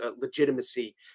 legitimacy